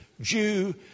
Jew